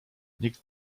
nikt